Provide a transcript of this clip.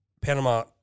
Panama